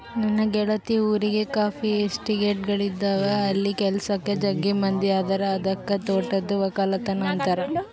ನನ್ನ ಗೆಳತಿ ಊರಗ ಕಾಫಿ ಎಸ್ಟೇಟ್ಗಳಿದವ ಅಲ್ಲಿ ಕೆಲಸಕ್ಕ ಜಗ್ಗಿ ಮಂದಿ ಅದರ ಅದಕ್ಕ ತೋಟದ್ದು ವಕ್ಕಲತನ ಅಂತಾರ